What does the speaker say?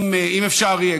אם אפשר יהיה,